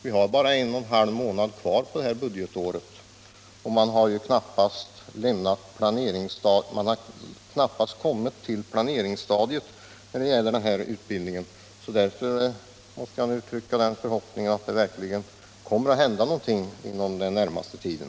Vi har nu bara en och en halv månad kvar på detta budgetår, och man har knappast kommit till planeringsstadiet när det gäller utbildningen. Därför får jag uttrycka den förhoppningen att det verkligen kommer att hända någonting inom den närmaste tiden.